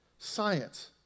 Science